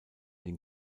den